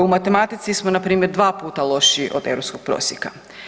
U matematici smo npr. dva puta lošiji od europskog prosjeka.